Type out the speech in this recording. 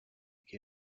qui